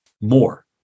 more